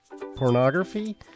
pornography